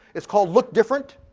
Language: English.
it's called look different.